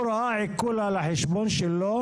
הוא ראה עיקול על החשבון שלו,